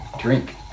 drink